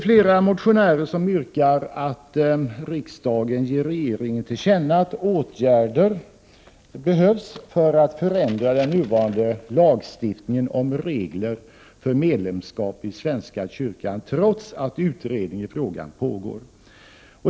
Flera motionärer yrkar att riksdagen skall ge regeringen till känna att åtgärder behövs för att förändra den nuvarande lagstiftningen om regler för medlemskap i svenska kyrkan, trots att utredning i frågan pågår.